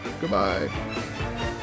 Goodbye